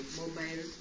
mobile